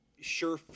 sure